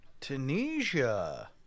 Tunisia